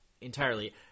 entirely